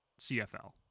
CFL